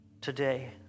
Today